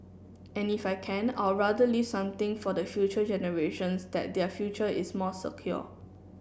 and if I can I'd rather leave something for the future generations that their future is more secure